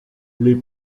les